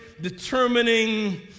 determining